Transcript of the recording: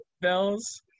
bells